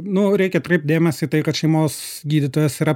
nu reikia atkreipt dėmesį į tai kad šeimos gydytojas yra